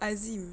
hazim